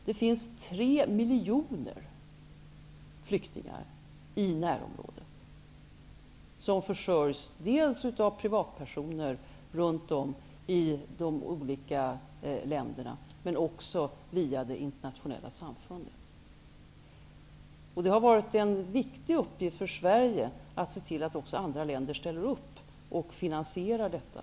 Där finns tre miljoner flyktingar som försörjs dels av privatpersoner runt om i olika län der, dels via det internationella samfundet. Det har varit en viktig uppgift för Sverige att se till att också andra länder ställer upp och finansie rar detta.